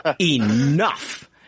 Enough